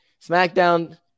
SmackDown